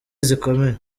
zikomeye